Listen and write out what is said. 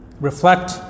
Reflect